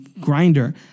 grinder